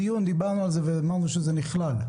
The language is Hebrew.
דיברנו על זה בדיון, ואמרנו שזה נכלל.